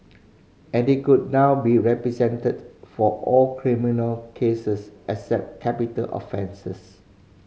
and they could now be represented for all criminal cases except capital offences